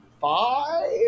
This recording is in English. five